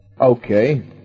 Okay